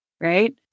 right